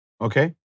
okay